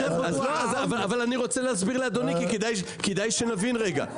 אבל אני רוצה להסביר לאדוני כי כדאי שנבין רגע.